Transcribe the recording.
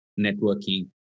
networking